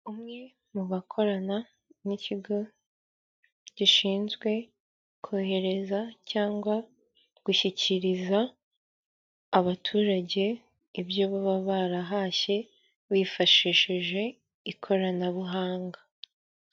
Umwe mu bakorana n'ikigo gishinzwe kohereza cyangwa gushyikiriza abaturage ibyo baba barahashye bifashishije ikoranabuhanga.